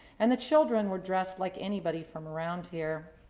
and the children were dressed like anybody from around here.